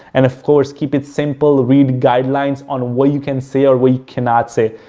and of course keep it simple, read guidelines on what you can say or we cannot say.